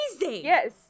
Yes